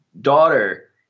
daughter